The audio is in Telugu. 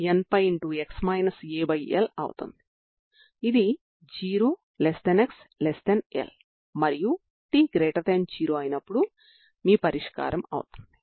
కాబట్టి ఈ సందర్భంలో మళ్ళీ మీకు ప్రత్యేకమైన పరిష్కారం ఉంది